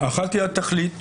אחת היא התכלית.